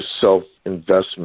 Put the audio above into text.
self-investment